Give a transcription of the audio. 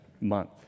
month